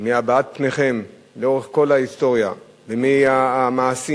מהבעת פניכם לאורך כל ההיסטוריה, ומהמעשים,